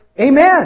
Amen